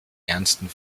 ernsten